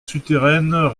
souterraines